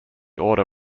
order